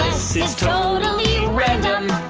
unless it's totally random,